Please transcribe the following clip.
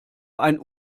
ein